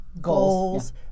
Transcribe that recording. goals